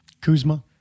Kuzma